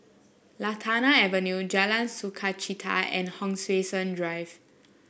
Lantana Avenue Jalan Sukachita and Hon Sui Sen Drive